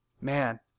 man